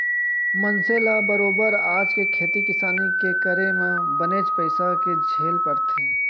मनसे ल बरोबर आज के खेती किसानी के करे म बनेच पइसा के झेल परथे